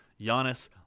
Giannis